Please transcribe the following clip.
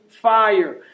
fire